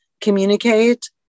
communicate